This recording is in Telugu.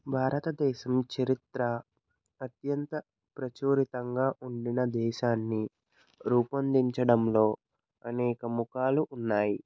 భారతదేశం చరిత్ర అత్యంత ప్రచోరితంగా ఉండిన దేశాన్ని రూపొందించడంలో అనేక ముఖాలు ఉన్నాయి